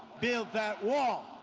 build that wall.